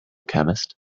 chemist